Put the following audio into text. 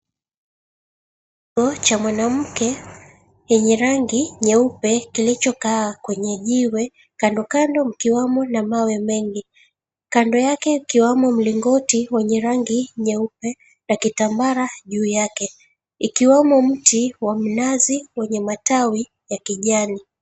Umbo cha mwanamke yenye rangi nyeupe, kilichokaa kwenye jiwe kando kando mkiwamo na mawe mengi. Kando yake ikiwamo mlingoti wenye rangi nyeupe na kitambara juu yake, ikiwemo mti wa mnazi wenye matawi ya kijani.